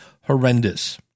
horrendous